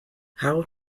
how